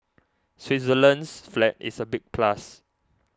Switzerland's flag is a big plus